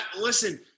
listen